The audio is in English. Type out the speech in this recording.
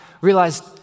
realized